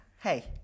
Hey